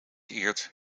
eert